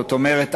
זאת אומרת,